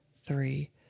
three